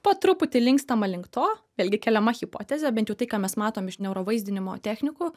po truputį linkstama link to vėlgi keliama hipotezė bent jau tai ką mes matom iš neuro vaizdinimo technikų